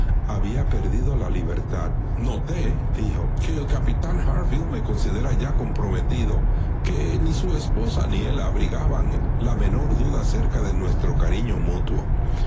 había perdido la libertad notédijoque el capitán harville me consideraba ya comprometido que ni su esposa ni él abrigaban la menor duda acerca de nuestro cariño mutuo